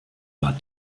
war